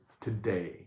today